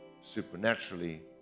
supernaturally